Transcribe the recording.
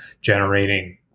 generating